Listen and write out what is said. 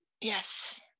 Yes